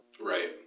Right